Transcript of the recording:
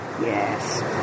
Yes